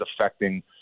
affecting